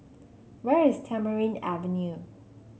where is Tamarind Avenue